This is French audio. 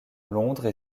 londres